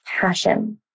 passion